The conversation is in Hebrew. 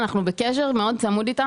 אנחנו בקשר מאוד צמוד איתם,